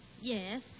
Yes